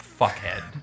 fuckhead